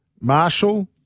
Marshall